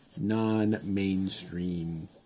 non-mainstream